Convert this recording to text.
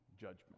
judgment